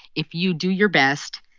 if you do your best,